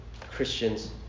Christians